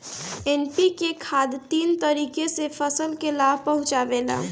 NPK खाद तीन तरीके से फसल के लाभ पहुंचावेला